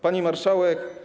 Pani Marszałek!